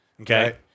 Okay